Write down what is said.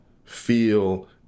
feel